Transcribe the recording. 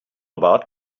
about